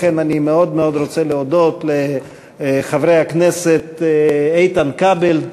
לכן אני מאוד מאוד רוצה להודות לחברי הכנסת איתן כבל,